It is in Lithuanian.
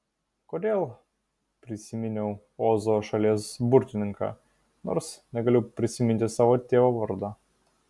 kodėl prisiminiau ozo šalies burtininką nors negaliu prisiminti savo tėvo vardo